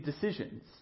decisions